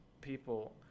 people